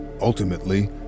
Ultimately